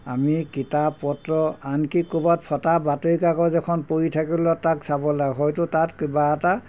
আমি কিতাপ পত্ৰ আনকি ক'ৰবাত ফটা বাতৰি কাকত এখন পৰি থাকিলে তাক চাব লাগে হয়তো তাত কিবা এটা